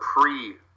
pre